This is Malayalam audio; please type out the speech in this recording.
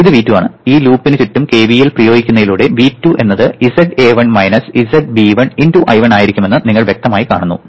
ഇത് V2 ആണ് ഈ ലൂപ്പിന് ചുറ്റും KVL ഉപയോഗിക്കുന്നതിലൂടെ V2 എന്നത് zA1 മൈനസ് zB1 × I1 ആയിരിക്കുമെന്ന് നിങ്ങൾ വ്യക്തമായി കാണുന്നു